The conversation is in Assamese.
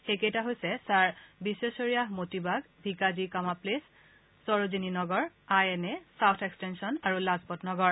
সেইকেইটা হৈছে ছাৰ বিশ্বেশাৰীয়াহ Motibagh Bhikaji Cama place Sarojini Nagar I N A south extension আৰু লাজপট নগৰ